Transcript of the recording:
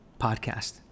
podcast